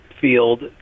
field